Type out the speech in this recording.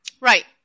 right